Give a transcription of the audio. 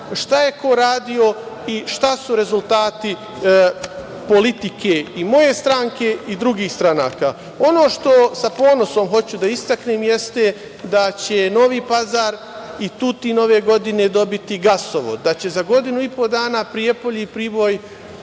šta je ko radio i šta su rezultati politike i moje stranke i drugih stranaka. Ono što sa ponosom hoću da istaknem jeste da će Novi Pazar i Tutin ove godine dobiti gasovod, da će za godinu i po dana Prijepolje, Priboj